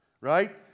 Right